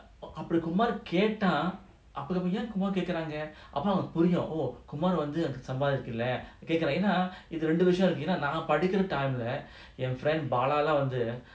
அப்புறம்:apuram kumar கேட்டா:keta kumar கேக்குறாங்க:kekuranga oh kumar புரியும்குமார்சம்பாதிக்கல:purium kumar sambathikala friend bala lam வந்து:vandhu